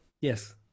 yes